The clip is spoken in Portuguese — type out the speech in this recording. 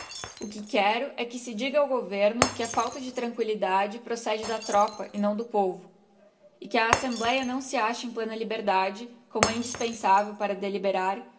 o que quero é que se diga ao governo que a falta de tranquillidade procede da tropa e não do povo e que a assembléa não se acha em plena liberdade como é indispensável para deliberar